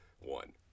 one